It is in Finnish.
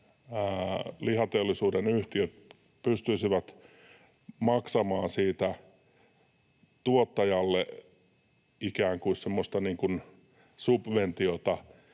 nämä lihateollisuuden yhtiöt pystyisivät maksamaan siitä tuottajalle ikään kuin semmoista